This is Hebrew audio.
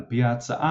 על פי ההצעה,